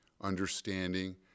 understanding